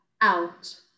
Out